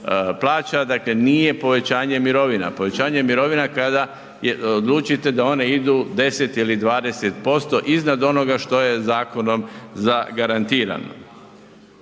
plaća, dakle nije povećanje mirovina. Povećanje mirovina je kada odlučite da one idu 10 ili 20% iznad onoga što je zakonom zagarantirano.